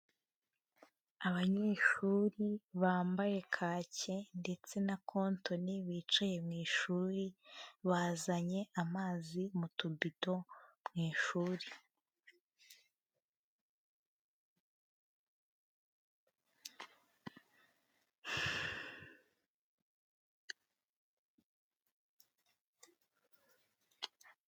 Abanyeshuri bambaye kaki ndetse na copton, bicaye mu ishuri bazanye amazi mu tubido mu ishuri.